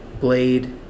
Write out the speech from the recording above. Blade